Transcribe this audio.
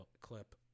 clip